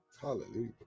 Hallelujah